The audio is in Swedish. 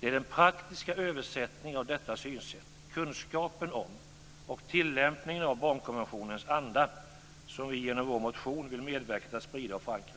Det är den praktiska översättningen av detta synsätt - kunskapen om och tillämpningen av barnkonventionens anda - som vi genom vår motion vill medverka till att sprida och förankra.